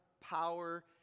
power